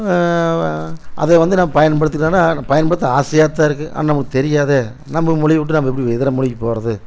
அதை வந்து நம்ம பயன்படுத்தி தான ஆகணும் பயன்படுத்த ஆசையாக தான் இருக்கு ஆனால் நமக்கு தெரியாதே நம்ம மொழியை விட்டு நம்ம எப்படி இதர மொழிக்கு போகறது